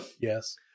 Yes